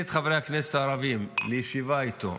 את חברי הכנסת הערבים לישיבה איתו.